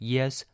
Yes